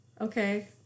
Okay